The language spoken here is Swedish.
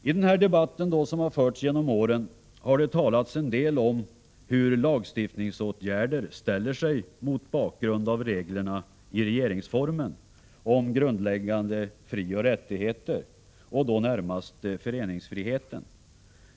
I den debatt som har förts genom åren har det talats en del om hur lagstiftningsåtgärder ställer sig mot bakgrund av reglerna i regeringsformen om grundläggande frioch rättigheter och då närmast föreningsfriheten.